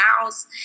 house